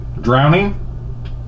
Drowning